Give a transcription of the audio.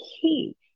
key